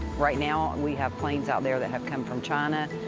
right now, and we have planes out there that have come from china,